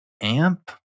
amp